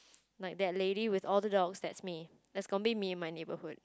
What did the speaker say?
like that lady with all the dogs that's me that's gonna be me in my neighbourhood